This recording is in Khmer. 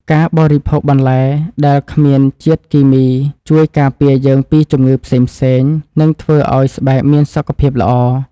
ការបរិភោគបន្លែដែលគ្មានជាតិគីមីជួយការពារយើងពីជំងឺផ្សេងៗ និងធ្វើឱ្យស្បែកមានសុខភាពល្អ។